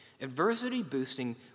adversity-boosting